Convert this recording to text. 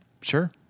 Sure